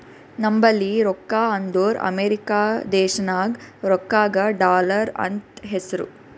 ನಂಬಲ್ಲಿ ರೊಕ್ಕಾ ಅಂದುರ್ ಅಮೆರಿಕಾ ದೇಶನಾಗ್ ರೊಕ್ಕಾಗ ಡಾಲರ್ ಅಂತ್ ಹೆಸ್ರು